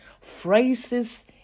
phrases